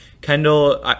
Kendall